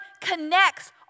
connects